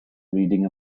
reading